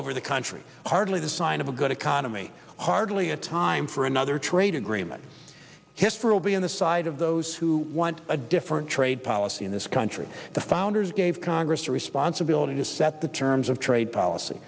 over the country hardly the sign of a good economy hardly a time for another trade a green history will be on the side of those who want a different trade policy in this country the founders gave congress a responsibility to set the terms of trade policy